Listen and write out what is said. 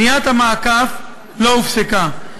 בניית המעקף לא הופסקה,